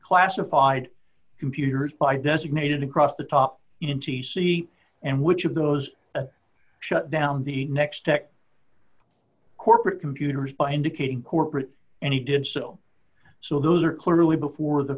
classified computers by designated across the top in t c and which of those shut down the next tech corporate computers by indicating corporate and he did so so those are clearly before the